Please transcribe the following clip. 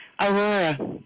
Aurora